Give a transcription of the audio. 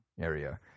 area